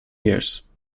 years